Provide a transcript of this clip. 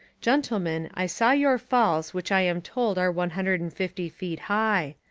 gentlemen, i saw your falls which i am told are one hundred and fifty feet high.